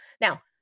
Now